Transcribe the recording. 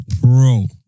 bro